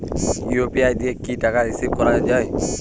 UPI দিয়ে কি টাকা রিসিভ করাও য়ায়?